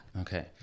Okay